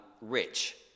rich